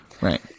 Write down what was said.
Right